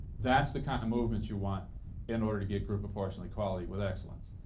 that's the kind of movement you want in order to get group proportional equality with excellence.